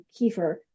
kefir